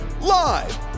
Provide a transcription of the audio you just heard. live